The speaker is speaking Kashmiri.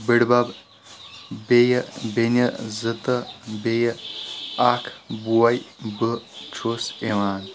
بٕڈۍبب بیٚیہِ بیٚنہِ زٕ تہٕ بیٚیہِ اکھ بوے بہٕ چھُس یِوان